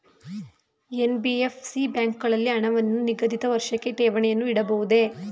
NBFC ಬ್ಯಾಂಕುಗಳಲ್ಲಿ ಹಣವನ್ನು ನಿಗದಿತ ವರ್ಷಕ್ಕೆ ಠೇವಣಿಯನ್ನು ಇಡಬಹುದೇ?